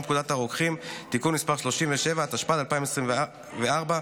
התשפ"ג 2023,